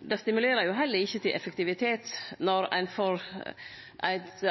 det stimulerer jo heller ikkje til effektivitet når ein får